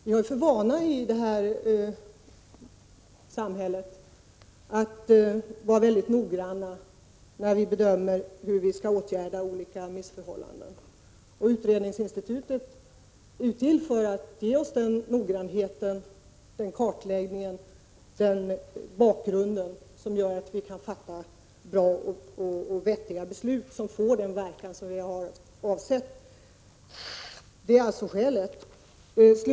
Vi har för vana i det här samhället att vara mycket noggranna när vi bedömer hur vi skall åtgärda olika missförhållanden, och utredningsinstitutet är till för att ge oss den noggrannhet, den kartläggning och den bakgrund som gör att vi kan fatta bra och vettiga beslut som får den verkan som vi har avsett. Det är alltså skälet.